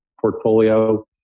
portfolio